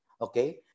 Okay